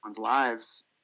lives